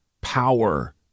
power